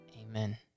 Amen